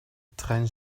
trein